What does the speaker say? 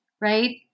right